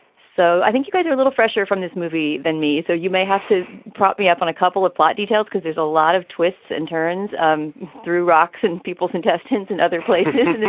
so i think you guys are a little fresher from this movie than me. so you may have to prop up on a couple of plot details because there's a lot of twists and turns um through rocks in people's intestines and other places.